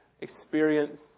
experience